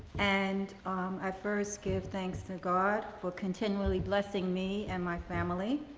and i first give thanks to god for continually blessing me and my family,